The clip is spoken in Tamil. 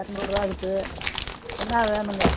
இரநூறு ரூபா இருக்குது என்ன வேணுங்க